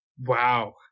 Wow